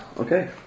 Okay